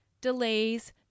delays